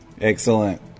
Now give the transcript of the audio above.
Excellent